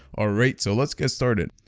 alright, so let's get started.